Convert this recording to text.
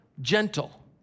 gentle